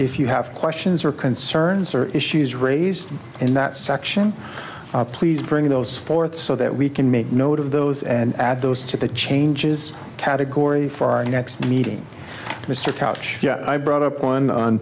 if you have questions or concerns or issues raised in that section please bring those forth so that we can make note of those and add those to the changes category for our next meeting mr couch yet i brought up one on